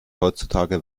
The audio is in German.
heutzutage